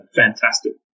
fantastic